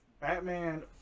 Batman